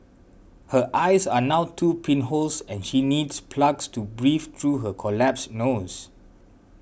her eyes are now two pinholes and she needs plugs to breathe through her collapsed nose